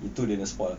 itu dia punya sport